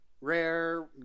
rare